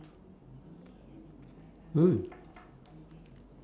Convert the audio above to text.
gold